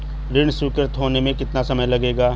ऋण स्वीकृत होने में कितना समय लगेगा?